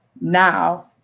Now